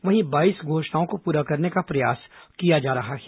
वहीं बाईस घोषणाओं को पूरा करने का प्रयास किया जा रहा है